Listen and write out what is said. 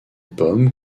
pommes